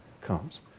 comes